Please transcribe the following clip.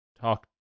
talk